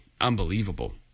unbelievable